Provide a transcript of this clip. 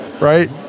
right